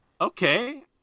okay